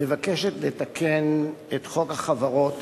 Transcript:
מבקשת לתקן את חוק החברות